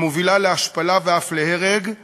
המובילה להשפלה ואף להרג,